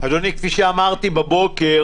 אדוני, כפי שאמרתי בבוקר